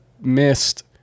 missed